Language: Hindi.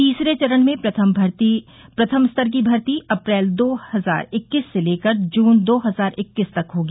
तीसरे चरण में प्रथम स्तर की भर्ती अप्रैल दो हजार इक्कीस से लेकर जून दो हजार इक्कीस तक होगी